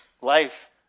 life